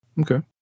Okay